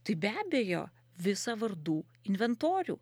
tai be abejo visą vardų inventorių